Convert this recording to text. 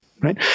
Right